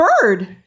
bird